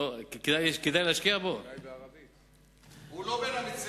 הוא לא בין המציעים.